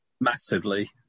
Massively